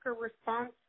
response